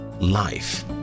life